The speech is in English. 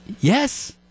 Yes